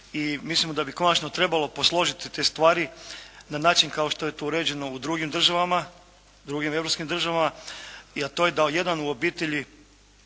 mislimo da bi konačno trebalo posložiti te stvari na način kao što je to uređeno u drugim državama, drugim Europskim državama, a to je da jedan u obitelji